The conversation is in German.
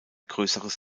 größeres